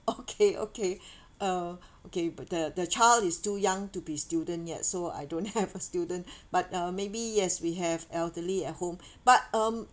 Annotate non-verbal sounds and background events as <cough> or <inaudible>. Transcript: okay okay uh okay but the the child is too young to be student yet so I don't have <laughs> a student but uh maybe yes we have elderly at home but um